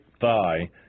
thigh